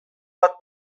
bat